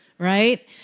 Right